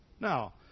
Now